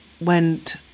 went